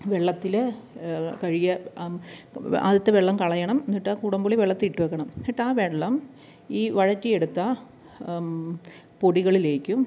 വെള്ളത്തിൽ കഴുകിയ ആദ്യത്തെ വെള്ളം കളയണം എന്നിട്ടാ കുടംപുളി വെള്ളത്തിൽ ഇട്ട് വെക്കണം എന്നിട്ടാ വെള്ളം ഈ വഴറ്റിയെടുത്ത പൊടികളിലേക്കും